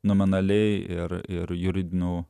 nominaliai ir ir juridiniu